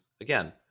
again